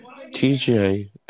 TJ